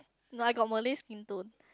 no I got malay skin tone